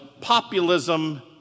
Populism